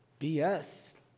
BS